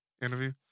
interview